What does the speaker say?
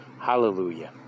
Hallelujah